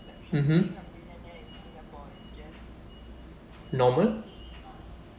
mmhmm normal